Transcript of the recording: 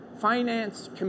finance